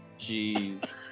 Jeez